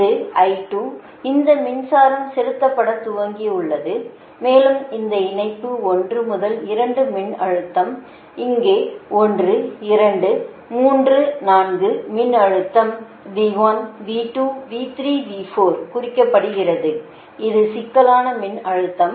இது இந்த மின்சாரம் செலுத்தப்பட துவங்கியுள்ளது மேலும் இந்த இணைப்பு 1 முதல் 2 மின்னழுத்தம் இங்கே 1 2 3 4 மின்னழுத்தம் குறிக்கப்படுகிறது இது சிக்கலான மின்னழுத்தம்